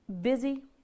busy